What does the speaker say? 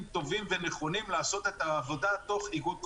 טובים שנכונים לעשות את העבודה תוך איגוד כוחות.